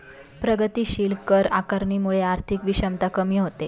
प्रगतीशील कर आकारणीमुळे आर्थिक विषमता कमी होते